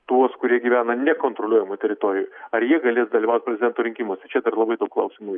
tuos kurie gyvena nekontroliuojamų teritorijų ar jie galės dalyvaut prezidento rinkimuose čia dar labai daug klausimų